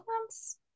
months